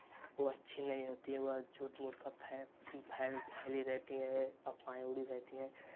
वो अच्छी नहीं होती हैं वह झूठ मूठ का फै फै फैली रहती हैं अफवाहें उड़ी रहती है